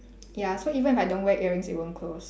ya so even if I don't wear earrings it won't close